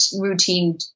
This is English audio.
routine